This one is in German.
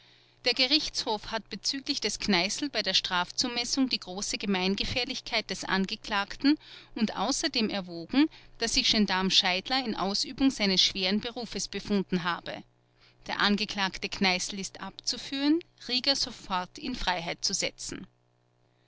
der gerichtshof hat bezüglich des kneißl bei der strafzumessung die große gemeingefährlichkeit des angeklagten und außerdem erwogen daß sich gendarm scheidler in ausübung seines schweren berufes befunden habe der angeklagte kneißl ist abzuführen rieger sofort in freiheit zu setzen